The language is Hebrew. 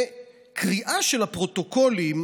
קריאה של הפרוטוקולים